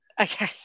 Okay